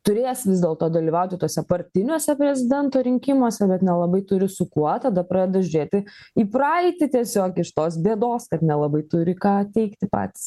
turės vis dėlto dalyvauti tuose partiniuose prezidento rinkimuose bet nelabai turi su kuo tada pradeda žiūrėti į praeitį tiesiog iš tos bėdos kad nelabai turi ką teikti patys